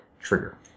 trigger